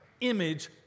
image